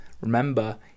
Remember